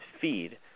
feed